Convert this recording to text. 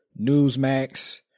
Newsmax